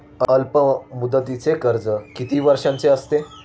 अल्पमुदतीचे कर्ज किती वर्षांचे असते?